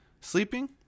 sleeping